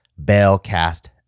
Bailcast